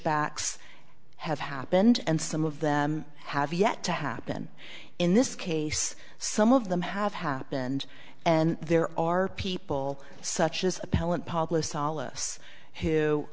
switchbacks have happened and some of them have yet to happen in this case some of them have happened and there are people such as appellant pablo solace who